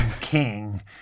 King